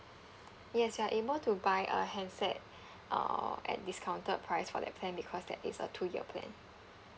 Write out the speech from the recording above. yes you are able to buy a handset uh at discounted price for that plan because that is a two year plan